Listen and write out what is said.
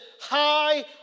high